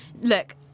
Look